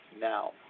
now